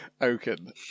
Oaken